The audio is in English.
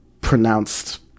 pronounced